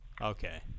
okay